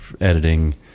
editing